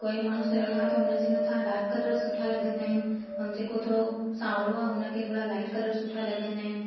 कोई माण्हू सुहिणो आहे त हुनजे मथां डार्क कलर सुठा लॻंदा आहिनि ऐं जेको थोरो सांवरो आहे हुनखे थोरा लाइट कलर सुठा लॻंदा आहिनि